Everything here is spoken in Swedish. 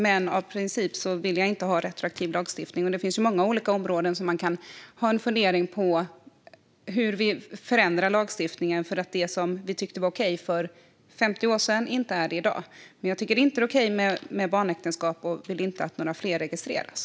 Men av princip vill jag inte ha retroaktiv lagstiftning. Det finns ju många olika områden där man kan fundera över hur vi kan förändra lagstiftningen för sådant som vi tyckte var okej för 50 år sedan men som inte är det i dag. Jag tycker dock inte att det är okej med barnäktenskap och vill inte att fler ska registreras.